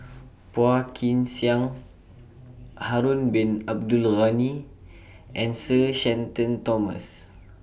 Phua Kin Siang Harun Bin Abdul Ghani and Sir Shenton Thomas